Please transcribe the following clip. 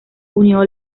unió